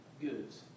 goods